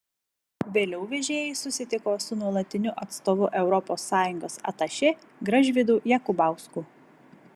vėliau vežėjai susitiko su nuolatiniu atstovu europos sąjungos atašė gražvydu jakubausku